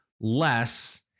less